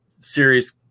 series